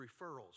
referrals